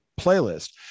playlist